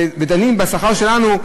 ודנים בשכר שלנו,